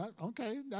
Okay